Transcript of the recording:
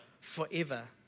forever